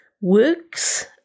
works